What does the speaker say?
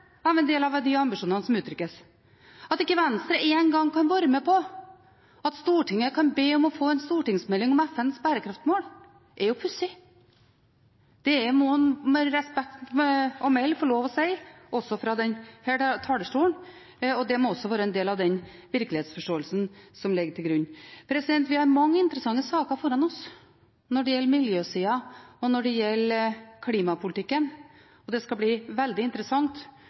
av en del av de ambisjonene som uttrykkes. At ikke Venstre engang kan være med på at Stortinget kan be om å få en stortingsmelding om FNs bærekraftsmål, er jo pussig. Det må en med respekt å melde få lov til å si også fra denne talerstolen, og det må også være en del av den virkelighetsforståelsen som ligger til grunn. Vi har mange interessante saker foran oss når det gjelder miljøsiden, og når det gjelder klimapolitikken, og det skal bli veldig interessant